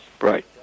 Right